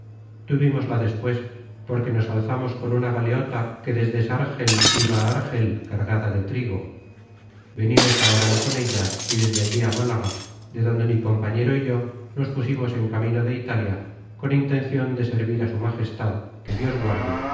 alcanzaron tuvimosla despues porque nos alzamos con una galeota que desde sargel iba á argel cargada de trigo venimos á oran con ella y desde allí á málaga de donde mi compañero y yo nos pusimos en camino de italia con intencion de servir á su majestad que dios guarde en